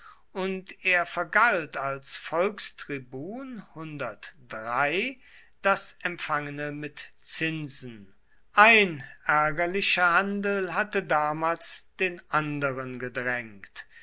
und er vergalt als volkstribun das empfangene mit zinsen ein ärgerlicher handel hatte damals den anderen gedrängt